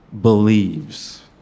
believes